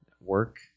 work